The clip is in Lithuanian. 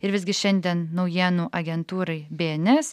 ir visgi šiandien naujienų agentūrai bns